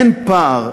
אין פער,